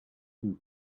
you